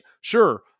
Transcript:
Sure